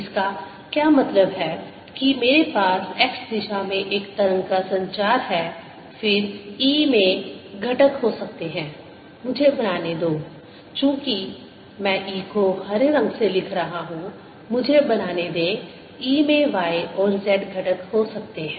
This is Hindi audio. इसका क्या मतलब है कि मेरे पास x दिशा में इस तरंग का संचार है फिर E में घटक हो सकते हैं मुझे बनाने दो चूंकि मैं E को हरे रंग से लिख रहा हूं मुझे बनाने दें E में y और z घटक हो सकते हैं